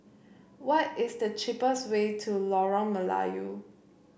what is the cheapest way to Lorong Melayu